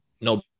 no